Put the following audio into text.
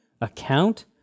account